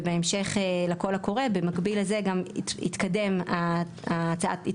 ובהמשך לקול הקורא במקביל לזה התקדמה הצעת